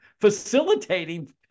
facilitating